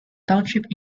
township